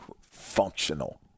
functional